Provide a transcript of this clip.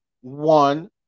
one